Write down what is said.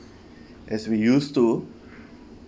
as we used to